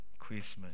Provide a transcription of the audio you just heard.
Christmas